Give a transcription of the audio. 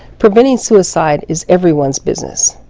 preventing suicide is everyone's business.